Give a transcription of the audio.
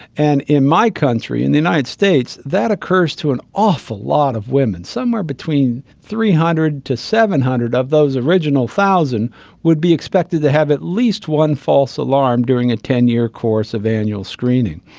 and in my country, in the united states that occurs to an awful lot of women. somewhere between three hundred to seven hundred of those original one thousand would be expected to have at least one false alarm during a ten year course of annual screening.